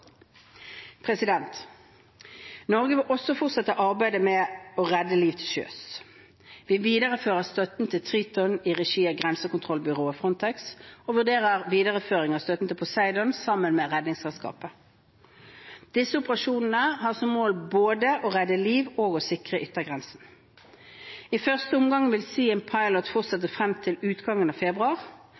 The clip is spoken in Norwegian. Norge vil også fortsette arbeidet med å redde liv til sjøs. Vi viderefører støtten til Triton i regi av grensekontrollbyrået Frontex og vurderer videreføring av støtten til Poseidon sammen med Redningsselskapet. Disse operasjonene har som mål både å redde liv og å sikre yttergrensene. I første omgang vil «Siem Pilot» fortsette frem til utgangen av februar.